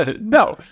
No